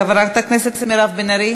חברת הכנסת מירב בן ארי,